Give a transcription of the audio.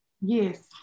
yes